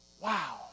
Wow